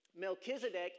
Melchizedek